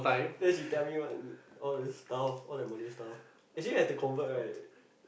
then she tell me all the all the stuff all the Malay stuff actually you have to convert right